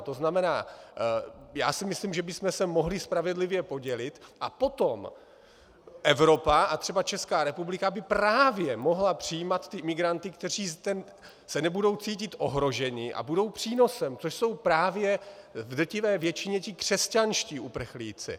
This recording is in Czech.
To znamená, já si myslím, že bychom se mohli spravedlivě podělit a potom Evropa a třeba Česká republika by právě mohla přijímat ty imigranty, kteří se nebudou cítit ohroženi a budou přínosem, což jsou právě v drtivé většině ti křesťanští uprchlíci.